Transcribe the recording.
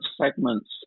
segments